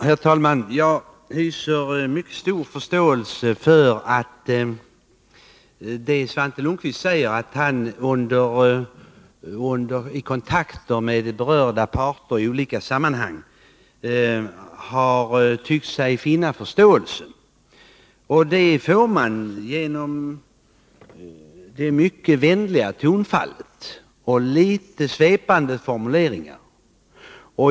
Herr talman! Jag hyser mycket stor förståelse, när Svante Lundkvist säger att han vid kontakterna med berörda parter i olika sammanhang har tyckt sig möta ett gensvar. Det får man genom ett mycket vänligt tonfall och litet svepande formuleringar.